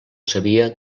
sabia